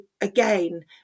again